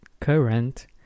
current